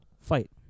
fight